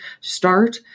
start